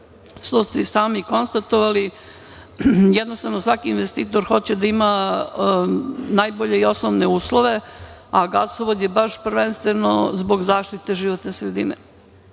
što ste i sami konstatovali. Jednostavno, svaki investitor hoće da ima najbolje i osnovne uslove, a gasovod je baš prvenstveno zbog zaštite životne sredine. Tako